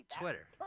Twitter